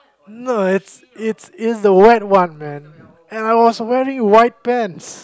no it's it's it's the white one man and I was wearing white pants